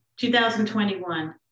2021